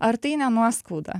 ar tai ne nuoskauda